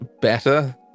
better